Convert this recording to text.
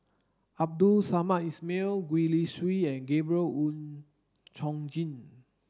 Abdul Samad Ismail Gwee Li Sui and Gabriel Oon Chong Jin